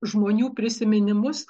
žmonių prisiminimus